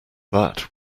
that